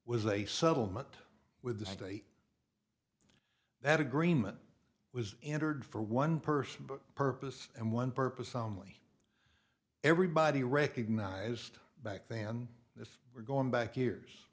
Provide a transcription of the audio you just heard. was a settlement with the state that agreement was entered for one person purpose and one purpose only everybody recognized back than this we're going back years